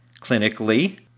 Clinically